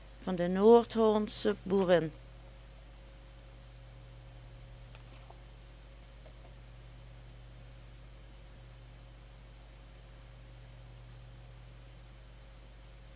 kring de noordhollandsche boerin